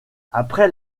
après